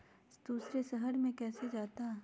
दूसरे शहर मे कैसे जाता?